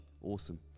Awesome